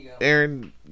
Aaron